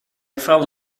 fell